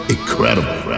Incredible